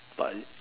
but